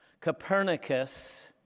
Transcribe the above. Copernicus